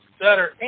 better